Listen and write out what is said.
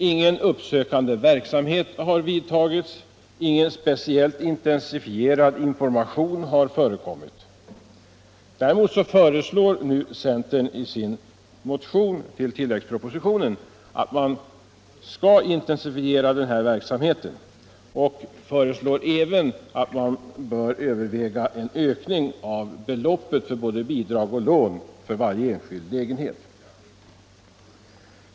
Ingen uppsökande verksamhet och ingen speciellt intensifierad information har förekommit. Däremot föreslår nu centern i sin motion att man skall intensifiera denna verksamhet. Vi föreslår även att man skall överväga en ökning av beloppen för bidrag och lån för varje enskild lägenhet.